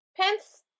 Pence